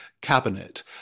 cabinet